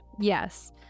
Yes